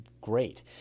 great